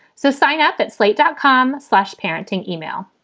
so sign up at slate dot com slash parenting email.